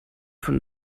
von